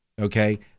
okay